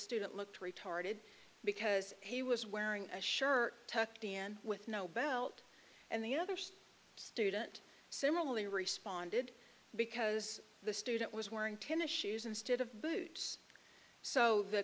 student looked retarded because he was wearing a shirt tucked in with no belt and the others student similarly responded because the student was wearing tennis shoes instead of boots so the